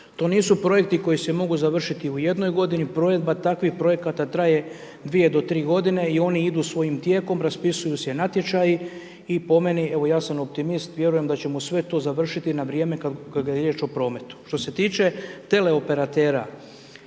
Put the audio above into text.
To nisu projekti koji se mogu završiti u jednoj godini, provedba takvih projekata traje dvije do tri godine i one idu svojim tijekom, raspisuju se natječaji i po meni, evo ja sam optimist vjerujem da ćemo sve to završiti na vrijeme kada je riječ o prometu. Što se tiče teleoperatera